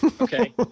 Okay